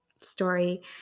story